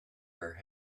her